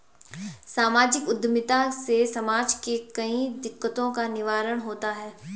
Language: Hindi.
सामाजिक उद्यमिता से समाज के कई दिकक्तों का निवारण हुआ है